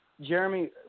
Jeremy